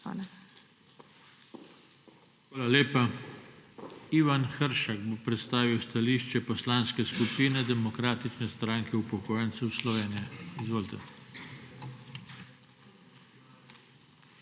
Hvala lepa. Ivan Hršak bo predstavil stališče Poslanske skupine Demokratične stranke upokojencev Slovenije. Izvolite. IVAN HRŠAK